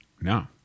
No